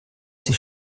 sie